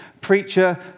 preacher